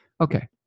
okay